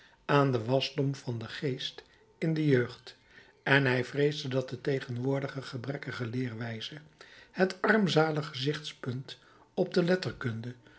aan den wasdom van den geest in de jeugd en hij vreesde dat de tegenwoordige gebrekkige leerwijze het armzalig gezichtspunt op de letterkunde